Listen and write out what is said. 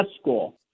school